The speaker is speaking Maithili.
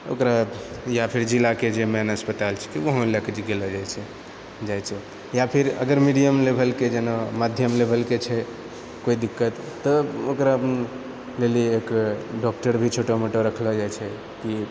ओकरा या फेर जिलाके जे मेन अस्पताल छै वहांँ लए कऽ गेलो जाइ छै जाइ छै या फेर अगर मीडियम लेभलके जेना मध्यम लेभलके छै कोइ दिक्कत तऽ ओकरा लेल एक डॉक्टर भी छोटा मोटा रखलो जाइ छै कि